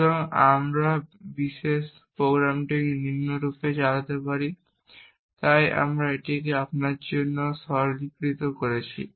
সুতরাং আমরা এই বিশেষ প্রোগ্রামটি নিম্নরূপ চালাতে পারি তাই আমরা এটিকে আপনার জন্য সরলীকৃত করেছি